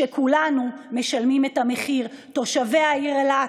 וכולנו משלמים את המחיר: תושבי העיר אילת,